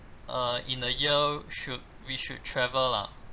uh in a year should we should travel lah